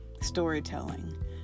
storytelling